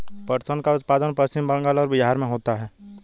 पटसन का उत्पादन पश्चिम बंगाल और बिहार में होता है